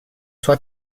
sua